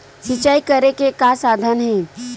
सिंचाई करे के का साधन हे?